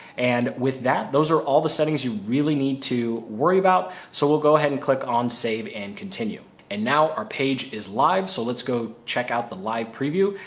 and with that, those are all the settings you really need to worry about. so we'll go ahead and click on save and continue. and now our page is live. so let's go check out the live preview.